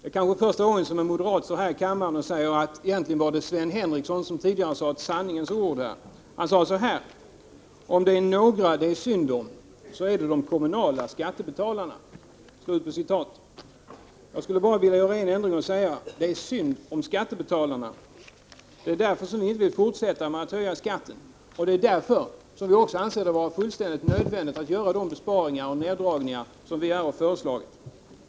Det kanske är första gången en moderat står här i kammaren och säger att det egentligen var Sven Henricsson som tidigare sade ett sanningens ord. Han sade så här: Om det är några det är synd om, så är det de kommunala skattebetalarna. Jag skulle bara vilja göra en ändring och säga: Det är synd om skattebetalarna. Det är därför vi inte vill fortsätta att höja skatten, och det är därför vi också anser det vara fullständigt nödvändigt att göra de besparingar 93 och neddragningar som vi här har föreslagit.